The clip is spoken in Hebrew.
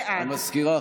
בעד המזכירה,